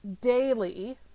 daily